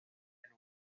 and